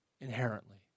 inherently